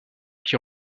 qui